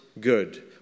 good